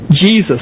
Jesus